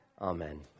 Amen